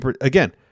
Again